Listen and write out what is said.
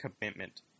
commitment